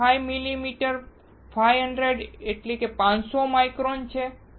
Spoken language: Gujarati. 5 મિલીમીટર 500 માઇક્રોન છે